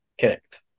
Correct